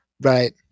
Right